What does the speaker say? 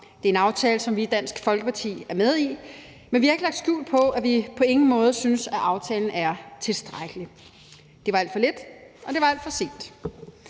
Det er en aftale, som vi i Dansk Folkeparti er med i, men vi har ikke lagt skjul på, at vi på ingen måde synes, at aftalen er tilstrækkelig. Det var alt for lidt, og det var alt for sent.